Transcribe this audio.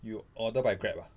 you order by grab ah